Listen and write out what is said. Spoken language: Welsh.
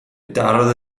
darodd